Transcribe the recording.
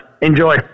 Enjoy